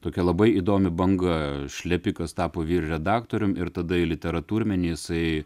tokia labai įdomi banga šlepikas tapo vyr redaktorium ir tada į literatūrmenį jisai